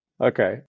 okay